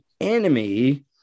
enemy